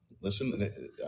listen